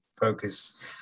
focus